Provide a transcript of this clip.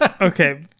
Okay